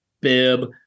bib